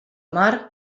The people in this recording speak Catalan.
mar